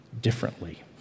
differently